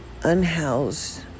unhoused